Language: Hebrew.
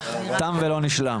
תם ולא נשלם.